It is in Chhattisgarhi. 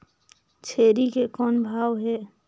छेरी के कौन भाव हे?